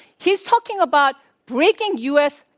he's talking about breaking u. s.